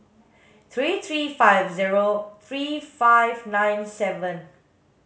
three three five zero three five nine seven